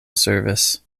service